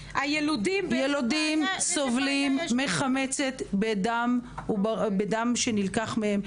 ילודים סובלים מחמצת בדם שנלקח מהם.